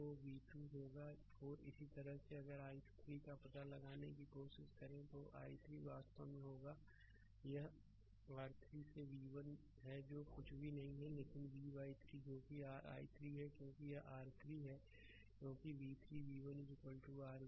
तो यह v2 होगा 4 इसी तरह से अगर i3 पता लगाने की कोशिश करें तो i3 वास्तव में होगा यह r 3 से v1 है जो कुछ भी नहीं है लेकिन v 3 जो कि r i3 है क्योंकि यह r3 है क्योंकि v3 v1 r v